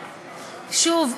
שוב,